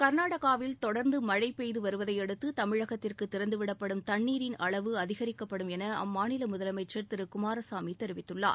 கர்நாடகாவில் தொடர்ந்து மழை பெய்து வருவதையடுத்து தமிழகத்திற்கு திறந்துவிடப்படும் தண்ணீரின் அளவு அதிகரிக்கப்படும் என அம்மாநில முதலமைச்சர் திரு குமாரசாமி தெரிவித்துள்ளார்